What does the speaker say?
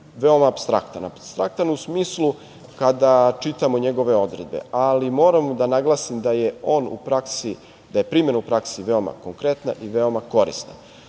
veoma apstraktan, apstraktan u smislu kada čitamo njegove odredbe, ali moram da naglasim da je primena u praksi veoma konkretna i veoma korisna.